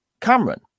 cameron